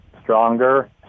stronger